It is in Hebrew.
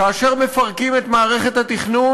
כאשר מפרקים את מערכת התכנון,